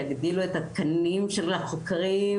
יגדילו את התקנים של החוקרים,